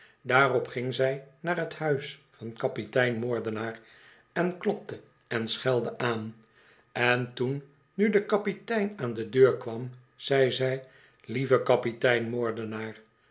daarop ging zij naar t huis van kapitein moordenaar en klopte en schelde aan en toen nu de kapitein aan de deur kwam zei zij lieve kapitein